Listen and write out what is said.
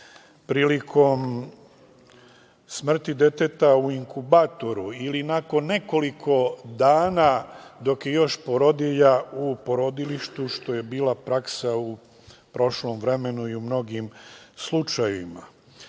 prilikom smrti deteta u inkubatoru ili nakon nekoliko dana dok je još porodilja u porodilištu, što je bila praksa u prošlom vremenu i u mnogim slučajevima. Dakle,